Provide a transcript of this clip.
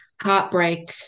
heartbreak